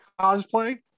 Cosplay